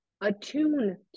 attune